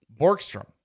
Borkstrom